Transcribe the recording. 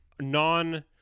non